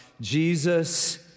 Jesus